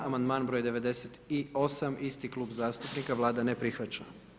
Amandman br. 98, isti klub zastupnika, Vlada ne prihvaća.